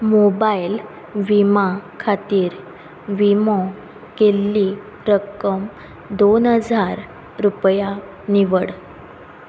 mobile विमा खातीर विमो केल्ली रक्कम दोन हजार रुपया निवड